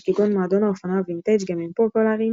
כגון מועדון האופנוע וינטאג' גם הם פופולריים,